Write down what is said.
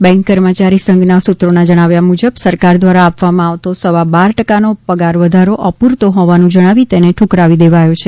bank કર્મચારી સંઘના સૂત્રોના જણાવ્યા મુજબ સરકાર દ્વારા આપવામાં આવતો સવા બાર ટકાનો પગાર વધારો અપૂરતો હોવાનું જણાવી તેને ઠુકરાવી દેવાયો છે